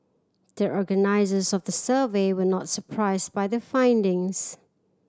the organisers of the survey were not surprised by the findings